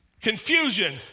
Confusion